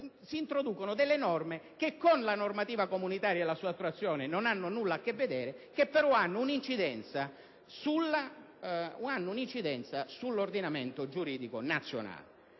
si introducono delle norme che con la normativa comunitaria e la sua attuazione non hanno nulla a che vedere, ma che hanno un'incidenza sull'ordinamento giuridico nazionale.